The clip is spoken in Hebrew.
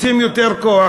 רוצים יותר כוח,